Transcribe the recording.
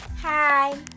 Hi